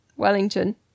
Wellington